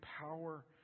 power